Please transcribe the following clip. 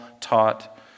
taught